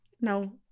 no